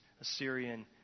Assyrian